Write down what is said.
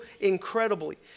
incredibly